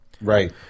Right